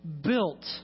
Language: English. Built